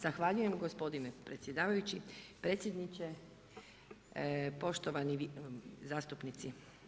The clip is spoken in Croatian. Zahvaljujem gospodine predsjedavajući, predsjedniče, poštovani zastupnici.